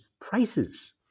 prices